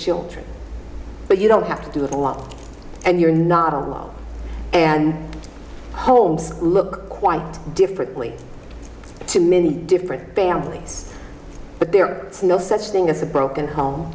children but you don't have to do a lot and you're not alone and holmes look quite differently to many different families but there is no such thing as a broken home